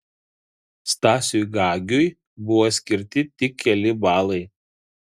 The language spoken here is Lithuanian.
stasiui gagiui buvo skirti tik keli balai